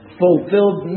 fulfilled